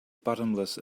bottomless